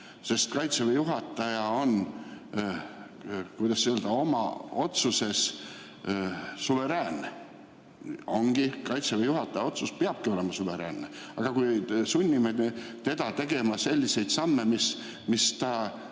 sest Kaitseväe juhataja on, kuidas öelda, oma otsuses suveräänne. Ongi, Kaitseväe juhataja otsus peabki olema suveräänne. Aga kui me sunnime teda tegema selliseid samme, mis ta